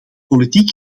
politiek